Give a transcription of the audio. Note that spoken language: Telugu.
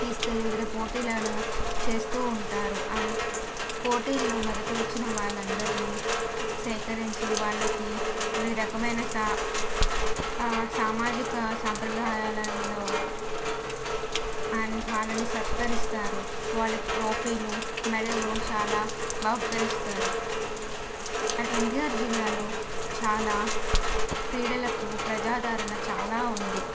తీసుకెళ్ళి వివిధ పోటీలను చేస్తూ ఉంటారు అండ్ పోటీల్లో మొదటి వచ్చిన వాళ్ళందర్నీ సేకరించి వాళ్ళకి వివిధ రకమైన సా సామాజిక సంప్రదాయాలల్లో అండ్ వాళ్ళని సత్కరిస్తారు వాళ్ళకి ట్రోఫీలు మెడల్లు చాలా బహుకరిస్తారు అండ్ ఎన్టిఆర్ జిల్లాలో చాలా క్రీడలకు ప్రజాదరణ చాలా ఉంది